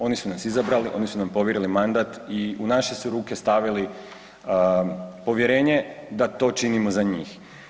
Oni su nas izabrali, oni su nam povjerili mandat i u naše su ruke stavili povjerenje da činimo za njih.